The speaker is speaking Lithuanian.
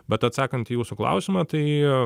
bet atsakant į jūsų klausimą tai